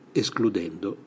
escludendo